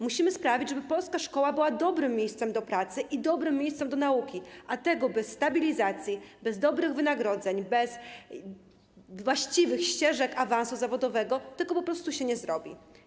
Musimy sprawić, żeby polska szkoła była dobrym miejscem do pracy i dobrym miejscem do nauki, a tego bez stabilizacji, dobrych wynagrodzeń i właściwych ścieżek awansu zawodowego po prostu się nie zrobi.